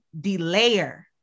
delayer